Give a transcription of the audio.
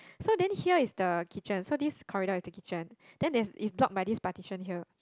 so then here is the kitchen so this corridor is the kitchen then there is is block by this partition here